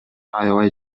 аябай